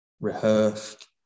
rehearsed